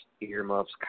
earmuffs